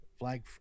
Flag